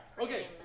Okay